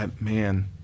man